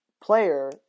player